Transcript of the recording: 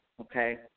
okay